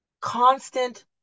constant